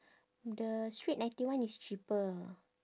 the street ninety one is cheaper